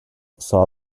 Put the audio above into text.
saw